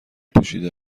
پوشیده